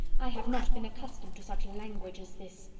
i have not been accustomed to such language as this.